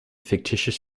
fictitious